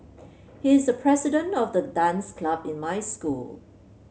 he's the president of the dance club in my school